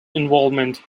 involvement